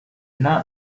not